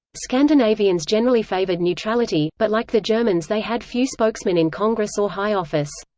scandinavians generally favored neutrality, but like the germans they had few spokesmen in congress or high office.